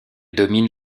domine